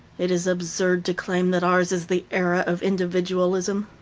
it is absurd to claim that ours is the era of individualism.